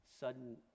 sudden